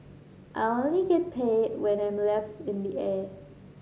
I only get paid when I'm in the air